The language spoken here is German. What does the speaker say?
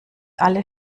alle